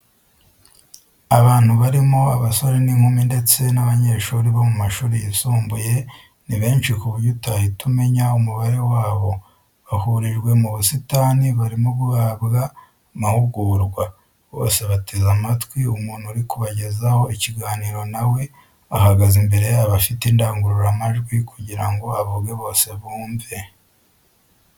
Abantu barimo abasore n'inkumi ndetse n'abanyeshuri bo mu mashuri yisumbuye ni benshi ku buryo utahita umenya umubare wabo, bahurijwe mu busitanii barimo guhabwa amahugurwa, bose bateze amatwi umuntu uri kubagezaho ikiganiro nawe ahagaze imbere yabo afite indangururamajwi kugirango avuge bose bumve.